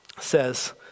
says